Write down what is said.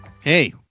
hey